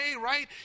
right